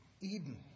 Eden